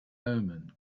omen